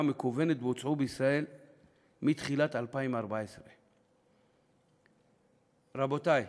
המקוונת בוצעו בישראל מתחילת 2014. רבותי,